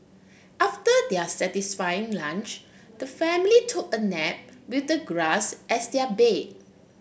after their satisfying lunch the family took a nap with the grass as their bed